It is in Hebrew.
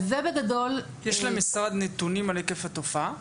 יש למשרד נתונים על היקף התופעה?